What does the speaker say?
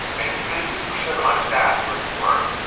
and sixty percent of my staff wanted to work,